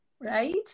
right